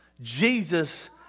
Jesus